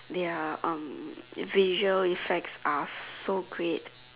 their um visual effects are so great